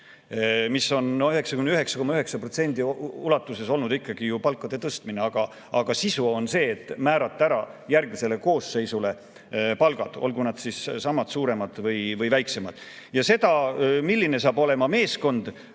mis on 99,9% ulatuses olnud ikkagi palkade tõstmine. Aga sisu on see, et võiks määrata järgmise koosseisu palgad, olgu need siis samad, suuremad või väiksemad. Seda, milline saab olema meeskond,